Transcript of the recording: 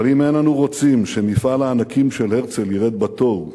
אבל אם אין אנו רוצים שמפעל הענקים של הרצל ירד בתוהו,